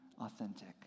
authentic